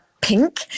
pink